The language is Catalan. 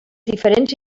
diferents